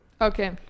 Okay